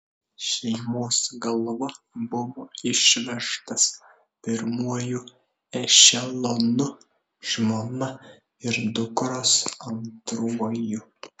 šeimos galva buvo išvežtas pirmuoju ešelonu žmona ir dukros antruoju